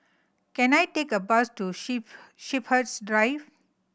can I take a bus to Sheep Shepherds Drive